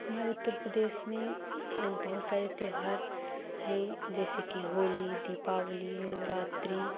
हमारे उत्तर प्रदेश में बहुत सारे त्योहार हैं जैसे कि होली दीपावली नवरात्री